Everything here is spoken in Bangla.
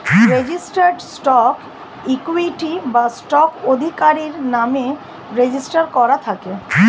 রেজিস্টার্ড স্টক ইকুইটি বা স্টক আধিকারির নামে রেজিস্টার করা থাকে